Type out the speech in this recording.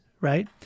right